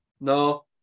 No